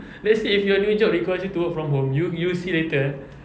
let's say if your new job requires you to work from home you you see later eh